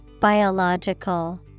Biological